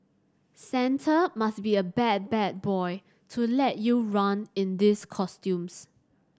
Santa must be a bad bad boy to let you run in these costumes